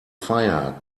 fire